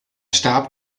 starb